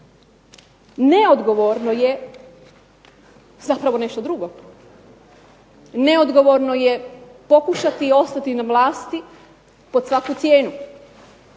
Neodgovorno je zapravo nešto drugo. Neodgovorno je pokušati ostati na vlasti pod svaku cijenu